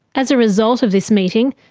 as a result of this meeting,